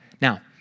Now